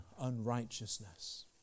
unrighteousness